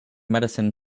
medicine